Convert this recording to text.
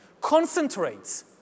concentrates